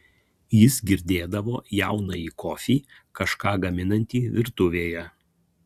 jis girdėdavo jaunąjį kofį kažką gaminantį virtuvėje